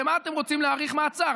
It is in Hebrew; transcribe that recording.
למה אתם רוצים להאריך מעצר?